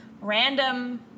random